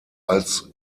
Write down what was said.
als